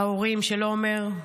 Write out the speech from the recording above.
ההורים של עומר,